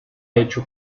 hecho